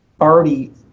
already